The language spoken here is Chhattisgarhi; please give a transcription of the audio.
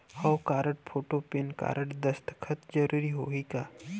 हव कारड, फोटो, पेन कारड, दस्खत जरूरी होही का?